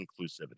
inclusivity